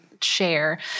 share